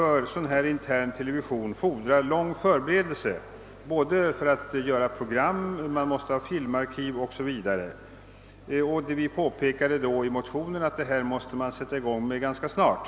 Intern television fordrar dock lång förberedelse när det gäller att göra program; det fordras filmarkiv 0. s. v. Vi framhåller i motionen att dessa åtgärder måste vidtagas ganska snart.